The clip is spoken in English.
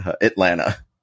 Atlanta